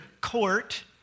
court